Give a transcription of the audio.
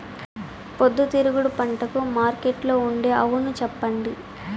పొద్దుతిరుగుడు పంటకు మార్కెట్లో ఉండే అవును చెప్పండి?